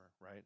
right